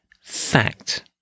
fact